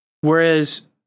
Whereas